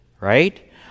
right